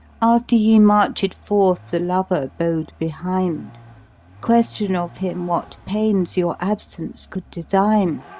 after ye marched forth the lover bode behind question of him what pains your absence could design!